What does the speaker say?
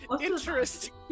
Interesting